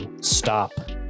stop